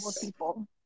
people